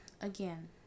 again